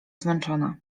zmęczona